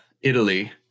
Italy